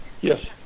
Yes